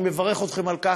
אני מברך אתכם על כך,